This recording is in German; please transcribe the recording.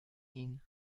ihn